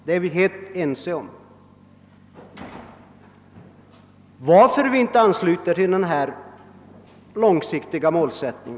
Varför har vi inte kunnat ansluta oss till denna långsiktiga målsättning?